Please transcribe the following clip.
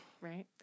Right